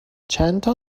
چندتا